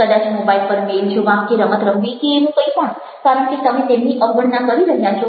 કદાચ મોબાઈલ પર મેઈલ જોવા કે રમત રમવી કે એવું કંઈ પણ કારણ કે તમે તેમની અવગણના કરી રહ્યા છો